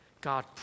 God